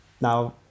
Now